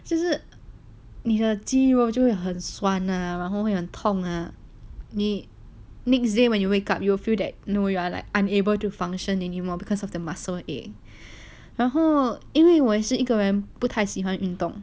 就是你的肌肉就会很酸啊然后会很痛啊你 next day when you wake up you will feel that no you are like unable to function any more because of the muscle ache 然后因为我也是一个人不太喜欢运动